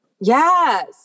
Yes